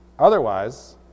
Otherwise